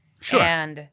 Sure